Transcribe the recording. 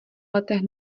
letech